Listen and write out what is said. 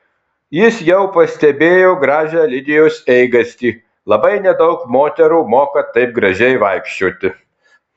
jis jau pastebėjo gražią lidijos eigastį labai nedaug moterų moka taip gražiai vaikščioti